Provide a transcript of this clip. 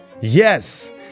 Yes